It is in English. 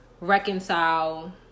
reconcile